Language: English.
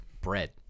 bread